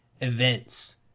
events